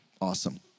Awesome